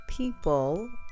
People